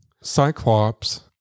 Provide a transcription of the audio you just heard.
Cyclops